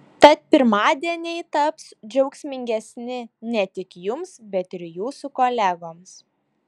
tad pirmadieniai taps džiaugsmingesni ne tik jums bet ir jūsų kolegoms